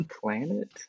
planet